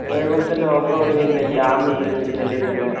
പിന്നെ അതേപോലെത്തന്നെ off roading ഉണ്ട് ഡാം ഉണ്ട് തിരുനെല്ലിയിൽ തന്നെ